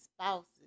spouses